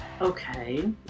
okay